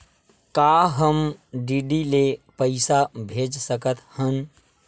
का हम डी.डी ले पईसा भेज सकत हन?